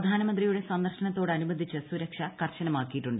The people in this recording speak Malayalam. പ്രധാനമന്ത്രിയുടെ സന്ദർശനത്തോടനുബന്ധിച്ച് സുരക്ഷ കർശനമാക്കിയിട്ടുണ്ട്